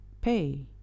pay